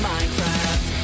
Minecraft